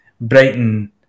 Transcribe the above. Brighton